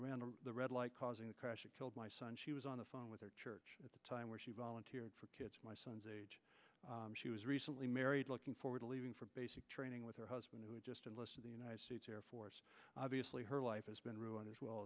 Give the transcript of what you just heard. around the red light causing a crash that killed my son she was on the phone with her church at the time where she volunteered for kids my son's age she was recently married looking forward to leaving for basic training with her husband who is just a list of the united states air force obviously her life has been ruined as well